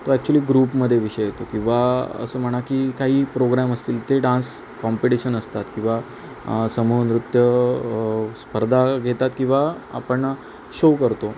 तो ॲक्चुली ग्रुपमध्ये विषय येतो किंवा असं म्हणा की काही प्रोग्राम असतील ते डान्स कॉम्पिटिशन असतात किंवा समूहनृत्य स्पर्धा घेतात किंवा आपण शो करतो